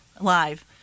live